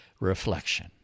reflection